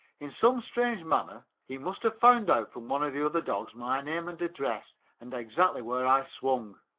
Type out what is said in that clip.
in some strange manner he must have found out from one of the other dogs my name and address and exactly where i swung,